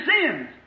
sins